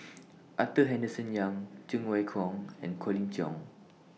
Arthur Henderson Young Cheng Wai Keung and Colin Cheong